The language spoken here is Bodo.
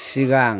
सिगां